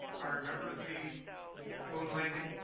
i remember the moon landing.